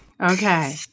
Okay